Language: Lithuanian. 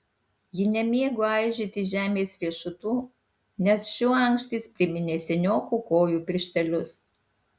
ji nemėgo aižyti žemės riešutų nes šių ankštys priminė seniokų kojų pirštelius